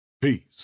Peace